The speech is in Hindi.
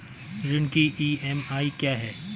ऋण की ई.एम.आई क्या है?